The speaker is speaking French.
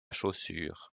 chaussure